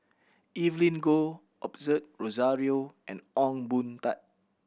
Evelyn Goh Osbert Rozario and Ong Boon Tat